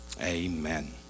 amen